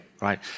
Right